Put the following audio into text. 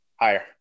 Higher